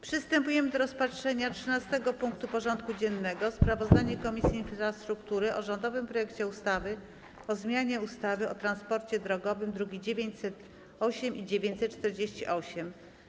Przystępujemy do rozpatrzenia punktu 13. porządku dziennego: Sprawozdanie Komisji Infrastruktury o rządowym projekcie ustawy o zmianie ustawy o transporcie drogowym (druki nr 908 i 948)